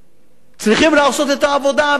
צריכים לעשות את העבודה בשביל כולם,